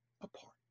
apart